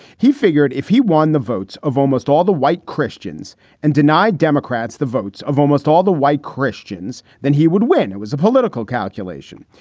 he figured if he won the votes of almost all the white christians and deny democrats the votes of almost all the white christians, then he would win. it was a political calculation.